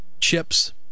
chips